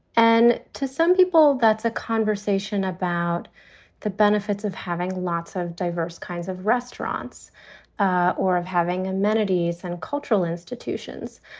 and to some people, that's a conversation about the benefits of having lots of diverse kinds of restaurants ah or having amenities and cultural institutions.